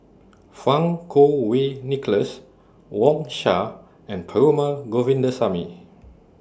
Fang Kuo Wei Nicholas Wang Sha and Perumal Govindaswamy